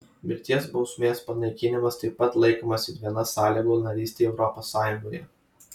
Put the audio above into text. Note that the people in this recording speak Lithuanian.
mirties bausmės panaikinimas taip pat laikomas ir viena sąlygų narystei europos sąjungoje